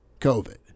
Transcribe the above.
COVID